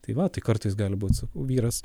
tai va tai kartais gali būt vyras